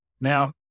Now